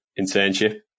internship